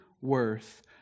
worth